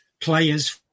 players